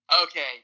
Okay